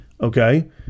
okay